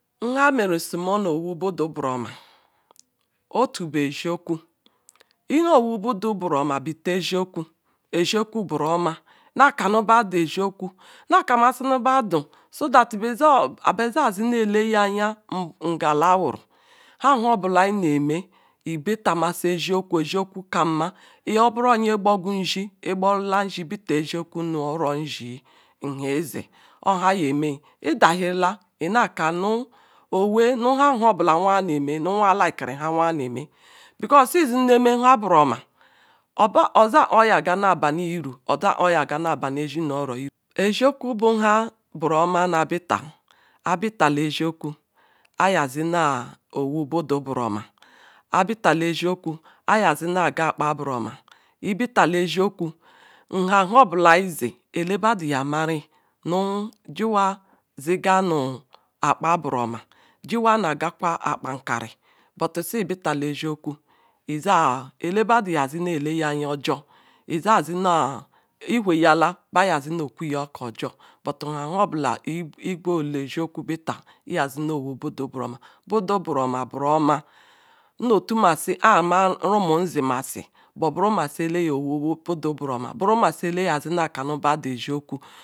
Nhamerusi mene ewu budu boroma otu bu eziokwu ineh ewu budu borooma beteh eziokwu eziokwu nah kah basini bah du so that beh zeh zi neh ele anya ngala wuru nhahani obula ineh emeh ebeta musi eziokwu eziokwu eziokwu kah nma iyeoburo nyegborga izi igborla nzi ibeta eziokn-noh oro-izi nhe izi ohaje-emeh klahirila inakanu nu hani hobula nhewa neh emeh nu juna likiri-ah because things neh meh baboro-omo oza onasga ubah iru uza onah agah abali ezi-no-oro eziokwu buha boro-oma na abita ayi bita le eziokwu ayi yah azi na mu budu boro-oma ayi bita ayi ga zi ayakpa agwaboro-oma ibitali eziokwa nu ibu okah ojor nheni hu bula. Igweru eziokwu bita boro-oma boro-omah nnolumasi hah umum nzmasi boh buru masi ele-nyo owu budu boro-oma. buru masi ele nah kali badu eziokwu.